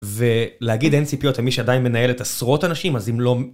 ולהגיד אין ציפיות למי שעדיין מנהלת עשרות אנשים, אז אם לא...